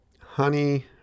honey